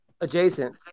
adjacent